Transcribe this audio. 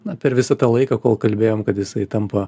na per visą tą laiką kol kalbėjom kad jisai tampa